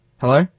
Hello